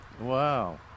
Wow